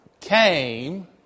came